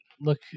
look